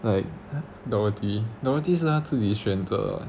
like dorothy dorothy 是她自己选择